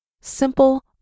Simple